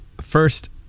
first